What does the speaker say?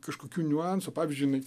kažkokių niuansų pavyzdžiui jinai